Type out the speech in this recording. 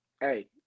hey